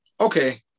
Okay